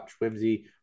Whimsy